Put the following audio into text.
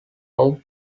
low